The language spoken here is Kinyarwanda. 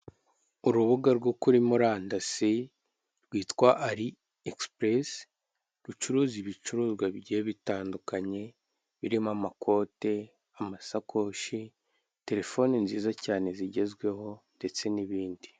Urubuga rwo kuri murandasi, rwitwa ari egisipuresi, rucuruza ibicuruzwa bigiye bitandukanye, birimo amakote, amasakoshi, terefone nziza cyane zigezweho ndetse n'ibindi.